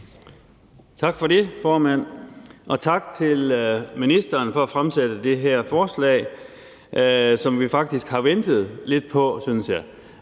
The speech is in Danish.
Tak for det, formand, og tak til ministeren for at fremsætte det her forslag, som vi faktisk har ventet lidt på, synes jeg.